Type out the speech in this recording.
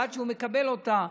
ועד שהוא מקבל אותה,